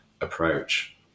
approach